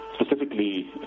Specifically